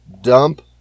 dump